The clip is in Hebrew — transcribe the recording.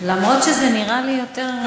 למרות שזה נראה לי יותר,